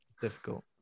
difficult